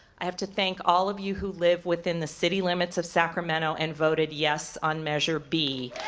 i have to thank all of you who live within the city limits of sacramento and voted yes on measure b.